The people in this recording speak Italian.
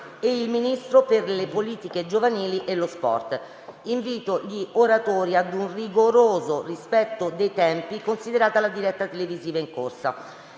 e il Ministro per le politiche giovanili e lo sport. Invito gli oratori a un rigoroso rispetto dei tempi, considerata la diretta televisiva in corso.